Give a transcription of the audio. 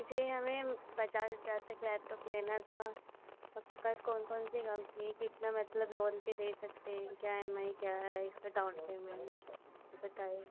जी हमें पचास हजार तक लैपटॉप लेना था आपके पास कौन कौन सी कम्पनी कितना मतलब लोन पर दे सकते हैं क्या एम आई क्या है इसका डाउन पेमेंट बताइए